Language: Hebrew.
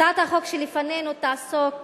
הצעת החוק שלפנינו תעסוק